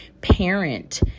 parent